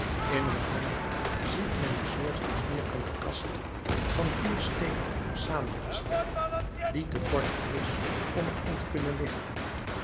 in een ander ziet men een soort van vierkante kast van vier steenen samengesteld die te kort is om er in te kunnen liggen